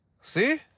See